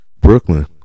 Brooklyn